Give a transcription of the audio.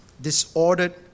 disordered